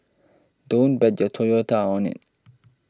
don't bet your Toyota on it